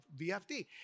VFD